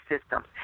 systems